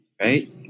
Right